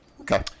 Okay